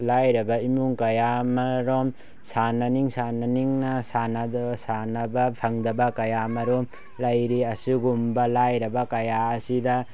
ꯂꯥꯏꯔꯕ ꯏꯃꯨꯡ ꯀꯌꯥꯃꯔꯨꯝ ꯁꯥꯟꯅꯅꯤꯡ ꯁꯥꯟꯅꯅꯤꯡꯅ ꯁꯥꯟꯅꯕ ꯐꯪꯗꯕ ꯀꯌꯥ ꯃꯔꯨꯝ ꯂꯩꯔꯤ ꯑꯁꯤꯒꯨꯝꯕ ꯂꯥꯏꯔꯕ ꯀꯌꯥ ꯑꯁꯤꯗ